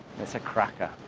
it's a cracker,